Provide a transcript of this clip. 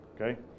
okay